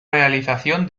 realización